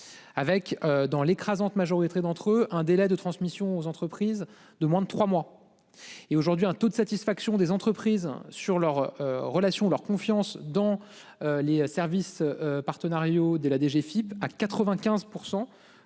Avec dans l'écrasante majorité d'entre eux, un délai de transmission aux entreprises de moins de trois mois. Et aujourd'hui un taux de satisfaction des entreprises sur leur relation leur confiance dans les services. Partenariaux dès la DGFIP à 95%